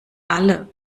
alle